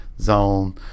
zone